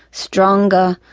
stronger,